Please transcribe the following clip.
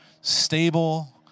stable